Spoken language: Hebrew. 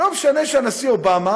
לא משנה שהנשיא אובמה